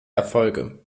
erfolge